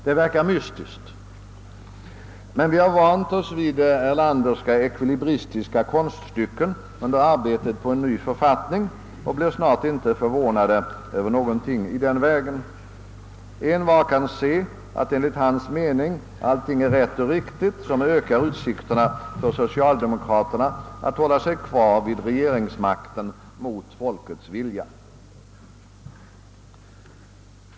Det verkar mystiskt, men vi har ju vant oss vid Erlanderska ekvilibristiska konststycken under arbetet på en ny författning och blir snart inte förvånade över någonting i den vägen. Envar kan se att, enligt hans mening, allt är rätt och rimligt som ökar utsikterna för socialdemokraterna att hålla sig kvar vid regeringsmakten mot folkets vilja.